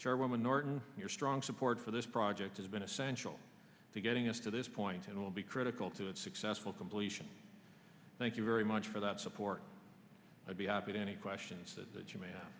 charwoman norton you're strong support for this project has been essential to getting us to this point and will be critical to its successful completion thank you very much for that support i'd be happy to any questions that you ma